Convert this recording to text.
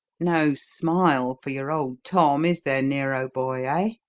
no smile for your old tom, is there, nero, boy, ah?